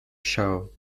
show